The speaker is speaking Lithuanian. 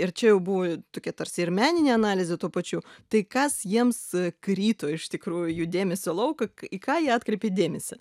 ir čia jau buvo tokia tarsi ir meninė analizė tuo pačiu tai kas jiems krito iš tikrųjų į jų dėmesio lauką į ką jie atkreipė dėmesį